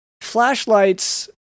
flashlights